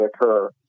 occur